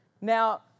Now